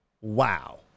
Wow